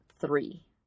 three